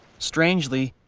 strangely,